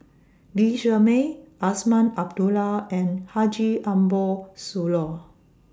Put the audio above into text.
Lee Shermay Azman Abdullah and Haji Ambo Sooloh